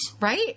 Right